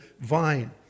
vine